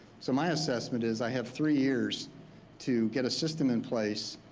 so my assessment is i have three years to get a system in place,